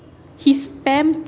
he spam